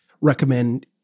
recommend